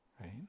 right